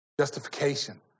Justification